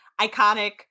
iconic